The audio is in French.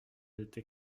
d’être